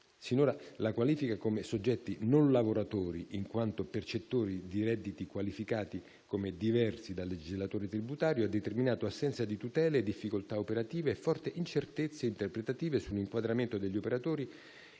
Sinora la qualifica di soggetti non lavoratori, in quanto percettori di redditi qualificati come diversi dal legislatore tributario, ha determinato assenza di tutele, difficoltà operative e forti incertezze interpretative sull'inquadramento degli operatori